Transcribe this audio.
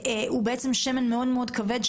הוא בעצם שמן מאוד מאוד כבד,